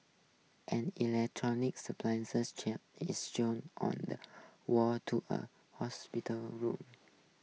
an electronic chan is shown on the wall to a hospital room